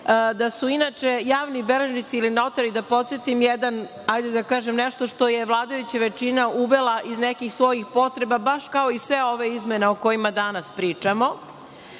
da su inače javni beležnici ili notari, da podsetim jedan, hajde da kažem nešto što je vladajuća većina uvela iz nekih svojih potreba baš kao i sve ove izmene o kojima danas pričamo,